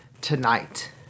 tonight